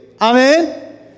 Amen